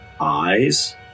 eyes